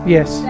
Yes